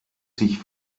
sich